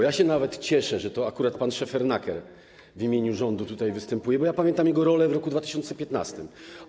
Ja się nawet cieszę, że to akurat pan Szefernaker w imieniu rządu tutaj występuje, bo pamiętam jego rolę w roku 2015.